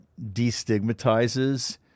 destigmatizes